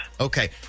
Okay